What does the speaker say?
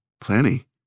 Plenty